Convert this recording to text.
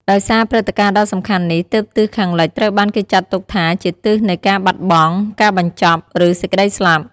ដោយសារព្រឹត្តិការណ៍ដ៏សំខាន់នេះ ទើបទិសខាងលិចត្រូវបានគេចាត់ទុកថាជាទិសនៃការបាត់បង់ ការបញ្ចប់ ឬសេចក្តីស្លាប់។